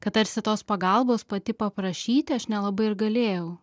kad tarsi tos pagalbos pati paprašyti aš nelabai ir galėjau